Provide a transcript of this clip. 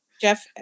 Jeff